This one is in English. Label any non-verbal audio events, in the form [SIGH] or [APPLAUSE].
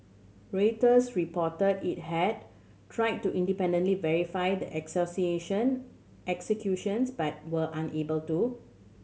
Reuters reported it had tried to independently verify the [UNINTELLIGIBLE] accusations but were unable to